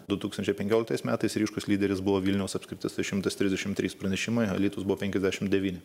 du tūkstančiai penkioliktais metais ryškus lyderis buvo vilniaus apskritis tai šimtas trisdešim trys pranešimai alytus buvo penkiasdešim devyni